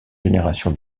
génération